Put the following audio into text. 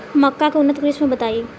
मक्का के उन्नत किस्म बताई?